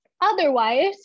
otherwise